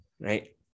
Right